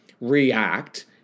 react